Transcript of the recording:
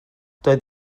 doedd